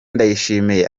ndayishimiye